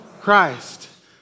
Christ